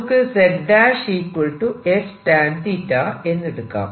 നമുക്ക് z s എന്നെടുക്കാം